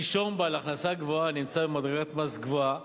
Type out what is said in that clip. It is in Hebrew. נישום בעל הכנסה גבוהה, במדרגת מס גבוהה,